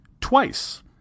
twice